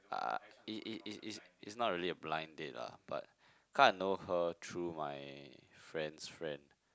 uh it it it it's not really a blind date lah but kinda know her through my friend's friend